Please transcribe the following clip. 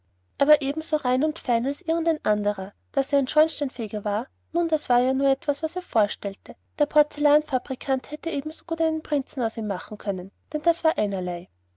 er war eben so rein und fein als irgend ein anderer daß er ein schornsteinfeger war nun das war ja nur etwas was er vorstellte der porzellanfabrikant hätte ebensogut einen prinzen aus ihm machen können denn das war einerlei